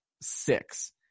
six